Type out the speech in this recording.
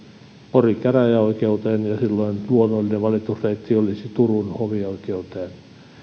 porin käräjäoikeuteen ja silloin luonnollinen valitusreitti olisi turun hovioikeuteen